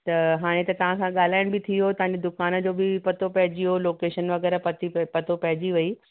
त हाणे त तव्हां सां ॻाल्हा़इण बि थी वियो तव्हांजी दुकान जो बि पतो पइजी वियो लोकेशन वगै़रह पती पतो पइजी वयी